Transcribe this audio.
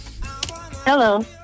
hello